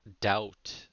doubt